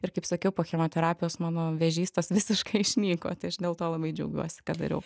ir kaip sakiau po chemoterapijos mano vėžys tas visiškai išnyko tai aš dėl to labai džiaugiuosi ką dariau